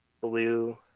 blue